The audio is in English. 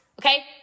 Okay